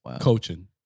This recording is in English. coaching